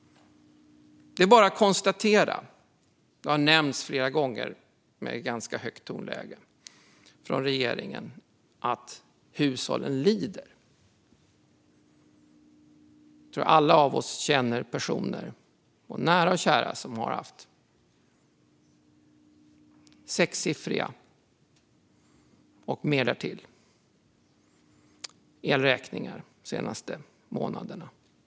Det är bara att konstatera - det har nämnts flera gånger med ganska högt tonläge från regeringen - att hushållen lider. Jag tror att vi alla känner personer bland våra nära och kära som har haft sexsiffriga elräkningar och mer därtill de senaste månaderna.